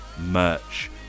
merch